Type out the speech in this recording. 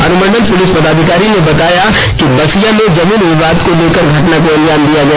अनुमंडल पुलिस पदाधिकारी ने बताया कि बसिया में जमीन विवाद को लेकर घटना को अंजाम दिया गया